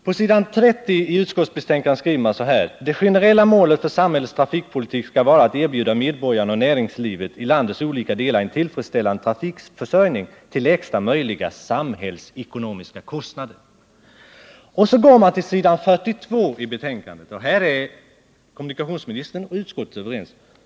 På s. 30 i utskottsbetänkandet heter det att ”det generella målet för samhällets trafikpolitik skall vara att erbjuda medborgarna och näringslivet i landets olika delar en tillfredsställande trafikförsörjning till lägsta möjliga samhällsekonomiska kostnader”. Här är kommunikationsministern och utskottet överens.